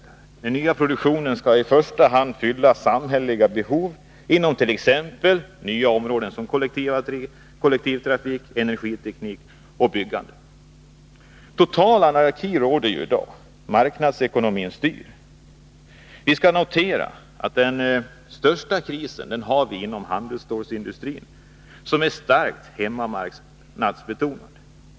Vidare skall den nya produktionen i första hand fylla samhälleliga behov inom nya områden, t.ex. kollektivtrafik, energiteknik och byggande. Total anarki råder ju i dag. Marknadsekonomin styr. Vi skall notera att den största krisen har vi inom handelsstålsindustrin, som är starkt hemmamarknadsbetonad.